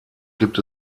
gibt